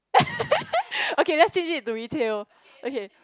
okay let's change it to retail okay